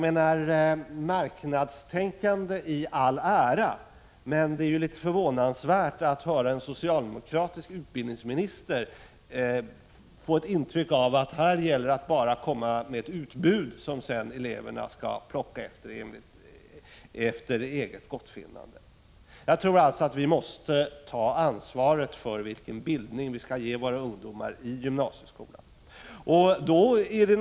Marknadstänkande i all ära, men det är förvånande att höra en socialdemokratisk utbildningsminister tala så att man får intryck av att det gäller att komma med ett utbud där eleverna sedan skall välja efter eget gottfinnande. Jag tror alltså att vi måste ta ansvaret för vilken bildning vi skall ge våra ungdomar i gymnasieskolan.